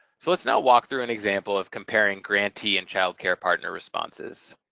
so let's now walk through an example of comparing grantee and child care partner responses.